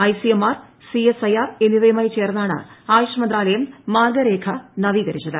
ICMR CSIR എന്നിവയുമായി ചേർന്നാണ് ആയുഷ് മന്ത്രാലയം മാർഗരേഖ നവീകരിച്ചത്